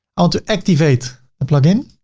i want to activate the plugin